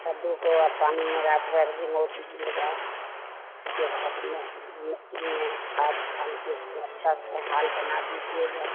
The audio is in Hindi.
कद्दू को आप पानी में रात भर भिगो दीजिएगा उसके बाद में मिट्टी में खाद डाल के उसको अच्छा से हाल बना दीजिएगा